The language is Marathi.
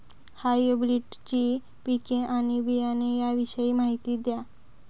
हायब्रिडची पिके आणि बियाणे याविषयी माहिती द्या